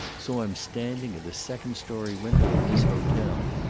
saw him standing at a second story window of this hotel.